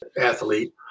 athlete